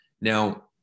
now